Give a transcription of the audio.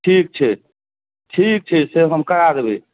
ठीक छै ठीक छै से हम करा देबै